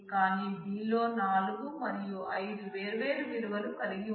కాని B లో 4 మరియు 5 వేర్వేరు విలువలను కలిగి ఉన్నాయి